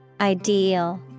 ideal